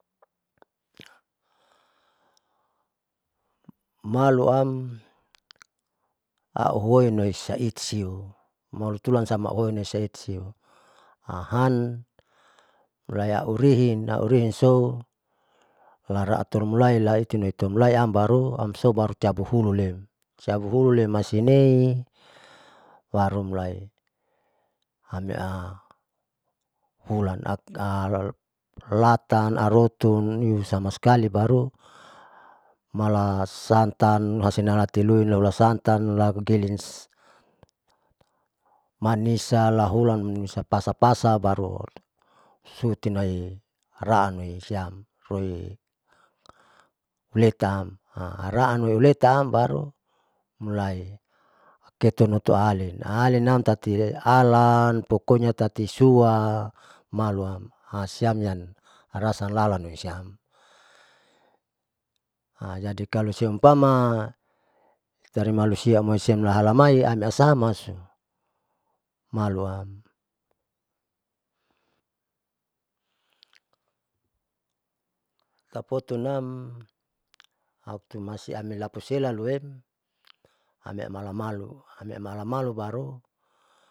Maluam auhoin iasait iyu molutulan sam auone sait siem hanulai aurihin autihin so lalaatalaluami laiam baru amso baru cabu hulam siam hulen masinei baru mulai mi ahulantau amialala latan arotun isama skali baru malasanta, hasinasilua auhulasantan lalikerin manisa lahulan nisapasapasa baru suutinoi raan tinoi roi letaam araan loinetaam baru mulai ketemutoalin, alin nam tatiehalan pokonya tatisua maluam, siam yan arata salalu amoisisam jadi kalosiumpama tari malusi maisiam halamai amniasapa maluam tapotun nam apulai siam usile luem amiamalu amalu amiamalu amalu baru.